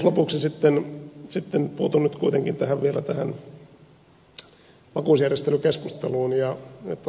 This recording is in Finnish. lopuksi sitten puutun kuitenkin vielä tähän vakuusjärjestelykeskusteluun